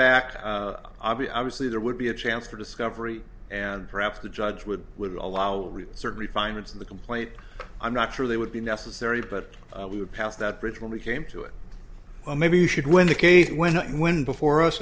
abi obviously there would be a chance for discovery and perhaps the judge would would allow certainly find it in the complaint i'm not sure they would be necessary but we are past that bridge when we came to it well maybe you should when the case when when before us